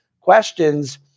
questions